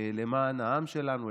למען העם שלנו,